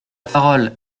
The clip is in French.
parole